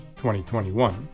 2021